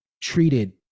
treated